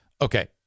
Okay